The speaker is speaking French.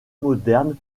moderne